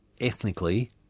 ethnically